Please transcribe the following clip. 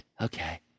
Okay